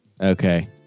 Okay